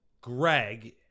Greg